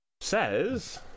says